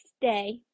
day